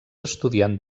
estudiant